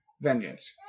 vengeance